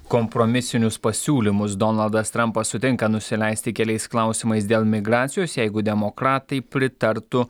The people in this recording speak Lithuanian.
kompromisinius pasiūlymus donaldas trampas sutinka nusileisti keliais klausimais dėl migracijos jeigu demokratai pritartų